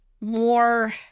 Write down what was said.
more